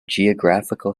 geographical